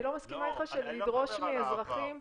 אני לא מסכימה שלדרוש מאזרחים,